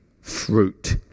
fruit